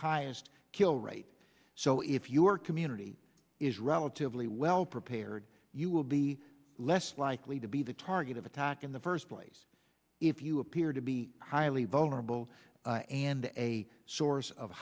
highest kill rate so if your community is relatively well prepared you will be less likely to be the target of attack in the first place if you appear to be highly vulnerable and a source of